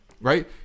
right